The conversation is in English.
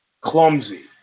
Clumsy